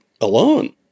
alone